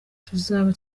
tuzaba